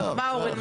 מה, אורן?